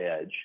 edge